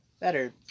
Better